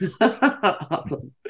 Awesome